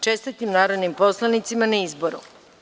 Čestitam narodnim poslanicima na izboru.